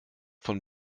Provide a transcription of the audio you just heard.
von